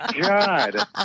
God